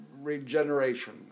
regeneration